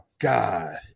God